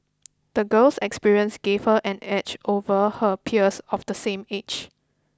the girl's experiences gave her an edge over her peers of the same age